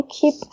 keep